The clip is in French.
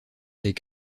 des